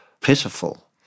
pitiful